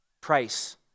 price